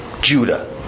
Judah